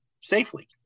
safely